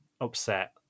upset